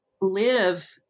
live